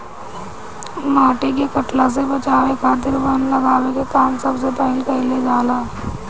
माटी के कटला से बचावे खातिर वन लगावे के काम सबसे पहिले कईल जाला